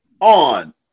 on